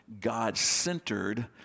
God-centered